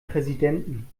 präsidenten